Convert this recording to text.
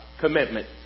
commitment